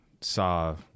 saw